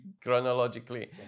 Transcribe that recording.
chronologically